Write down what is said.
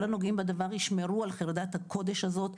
הנוגעים בדבר ישמרו על חרדת הקודש הזאת,